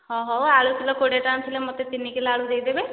ହଁ ହଉ ଆଳୁ କିଲୋ କୋଡ଼ିଏ ଟଙ୍କା ଥିଲେ ମୋତେ ତିନି କିଲୋ ଆଳୁ ଦେଇଦେବେ